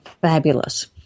fabulous